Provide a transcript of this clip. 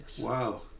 wow